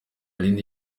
rindi